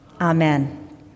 Amen